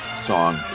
song